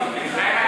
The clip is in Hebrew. ב"ישראל היום".